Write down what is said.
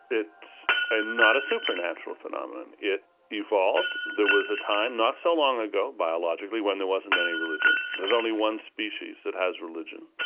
it's and not a supernatural phenomenon, it evolved. there was a time not so long ago biologically when there wasn't any religion. there's only one species that has religion,